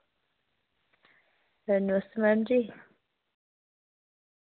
नमस्ते ma'am जी